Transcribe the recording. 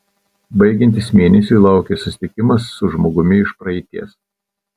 baigiantis mėnesiui laukia susitikimas su žmogumi iš praeities